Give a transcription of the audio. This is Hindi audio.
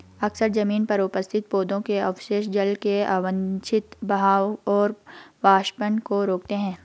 अक्सर जमीन पर उपस्थित पौधों के अवशेष जल के अवांछित बहाव और वाष्पन को रोकते हैं